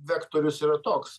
vektorius yra toks